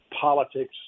politics